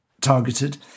targeted